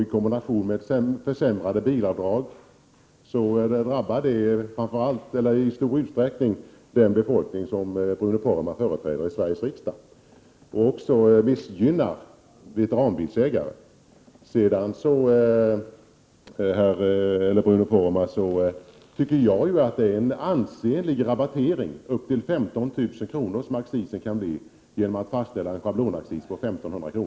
I kombination med försämrade bilavdrag drabbar det i stor utsträckning den befolkning som Bruno Poromaa företräder i Sveriges riksdag, liksom det missgynnar veteranbilsägare. Sedan tycker jag att det kan bli en ansenlig rabattering, upp till 15 000 kr., om man fastställer en schablonaccis på 1 500 kr.